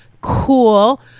cool